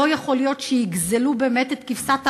לא יכול להיות שיגזלו את כבשת הרש.